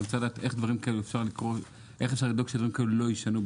ואני רוצה לדעת איך אפשר לבדוק שדברים כאלה לא יישנו,